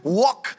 walk